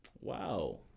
Wow